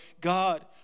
God